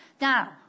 Now